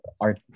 art